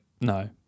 no